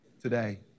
today